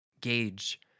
gauge